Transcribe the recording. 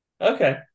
okay